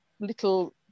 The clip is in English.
little